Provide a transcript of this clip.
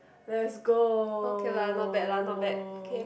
let's go